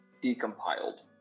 decompiled